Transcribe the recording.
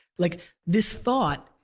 like this thought,